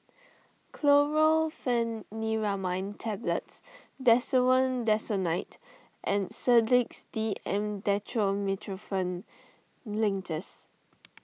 Chlorpheniramine Tablets Desowen Desonide and Sedilix D M Dextromethorphan Linctus